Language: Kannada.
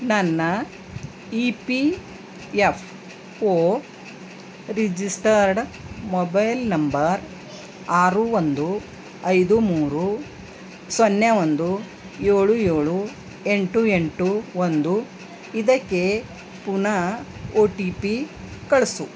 ನನ್ನ E P F O registered mobile number ಆರು ಒಂದು ಐದು ಮೂರು ಸೊನ್ನೆ ಒಂದು ಏಳು ಏಳು ಎಂಟು ಎಂಟು ಒಂದು ಇದಕ್ಕೆ ಪುನಃ ಓ ಟಿ ಪಿ ಕಳಿಸು